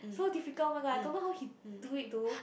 so difficult one lah I don't know how he do it it though